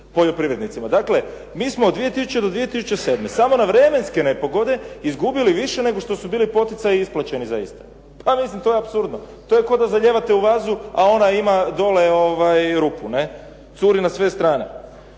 poljoprivrednicima. Dakle, mi smo od 2000. do 2007. samo na vremenske nepogode izgubili više nego što su bili poticaji isplaćeni za iste. Pa mislim to je apsurdno. To je kao da zalijevate u vazu a ona ima dole rupu, curi na sve strane.